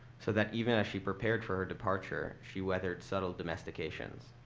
so that even as she prepared for her departure, she weathered subtle domestications